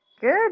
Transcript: Good